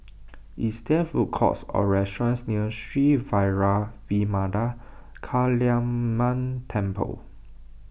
is there food courts or restaurants near Sri Vairavimada Kaliamman Temple